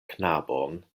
knabon